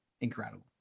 Incredible